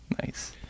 nice